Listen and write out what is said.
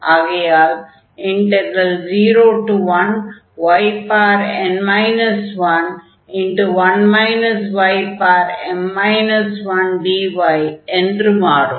ஆகையால் 01yn 11 ym 1dy என்று மாறும்